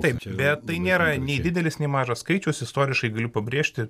taip bet tai nėra nei didelis nei mažas skaičius istoriškai galiu pabrėžti